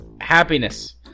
Happiness